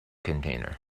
container